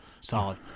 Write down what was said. Solid